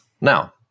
now